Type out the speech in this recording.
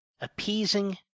appeasing